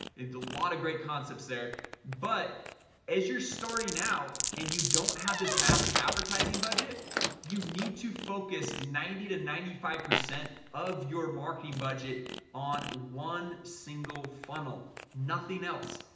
lot of great concepts there but as you're starting out and you don't have this massive advertising budget you need to focus ninety to ninety five percent of your marketing budget on one single funnel nothing else,